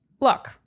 Look